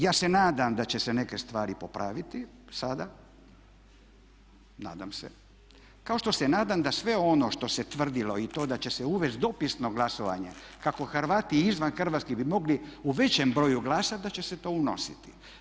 Ja se nadam da će se neke stvari popraviti sada, nadam se, kao što se nadam da sve ono što se tvrdilo i to da će se uvesti dopisno glasovanje kako Hrvati i izvan Hrvatske bi mogli u većem broju glasati da će se to unositi.